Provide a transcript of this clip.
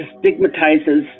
stigmatizes